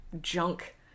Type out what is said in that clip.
junk